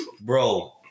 bro